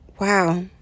wow